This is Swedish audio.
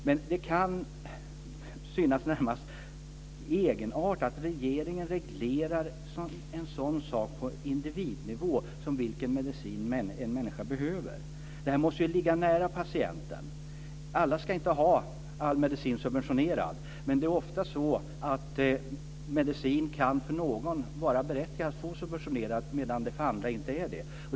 Men det kan synas närmast egenartat att regeringen reglerar en sådan sak på individnivå som vilken medicin en människa behöver. Besluten måste ligga nära patienten. Alla ska inte ha all medicin subventionerad, men det är ofta så att det kan vara berättigat för någon att få medicin subventionerad medan det för andra inte är det.